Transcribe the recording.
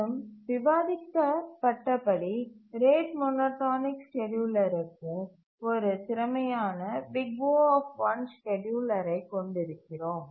மற்றும் விவாதிக்க பட்டபடி ரேட் மோனோடோனிக் ஸ்கேட்யூலருக்கு ஒரு திறமையான O ஸ்கேட்யூலரை கொண்டிருக்கிறோம்